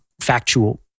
factual